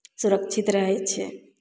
सुरक्षित रहय छै